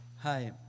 Hi